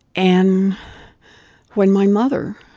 and when my mother,